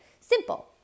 Simple